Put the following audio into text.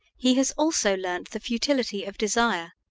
he has also learnt the futility of desire,